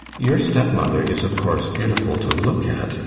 your step-mother is, of course, beautiful to look at,